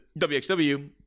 wxw